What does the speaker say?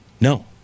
No